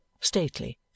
stately